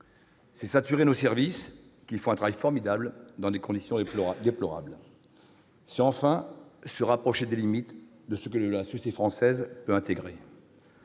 aussi saturer nos services qui font un travail formidable dans des conditions déplorables. C'est enfin se rapprocher des limites de ce que la société française peut intégrer.